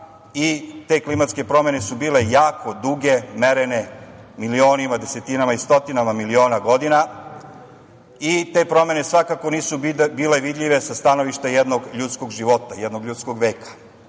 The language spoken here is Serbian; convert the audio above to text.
te klimatske promene su bile jako duge, merene milionima, desetinama i stotinama miliona godina i te promene svakako nisu bile vidljive sa stanovišta jednog ljudskog života, jednog ljudskog